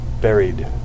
buried